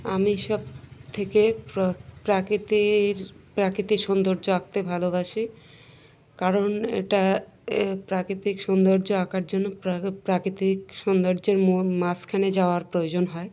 আমি সব থেকে প্রাকৃতিক প্রাকৃতিক সৌন্দর্য আঁকতে ভালোবাসি কারণ এটা প্রাকৃতিক সৌন্দর্য আঁকার জন্য প্রাকৃতিক সৌন্দর্যের মাঝখানে যাওয়ার প্রয়োজন হয়